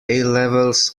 levels